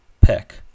pick